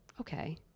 okay